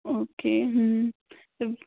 okay तब